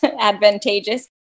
advantageous